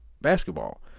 basketball